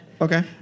Okay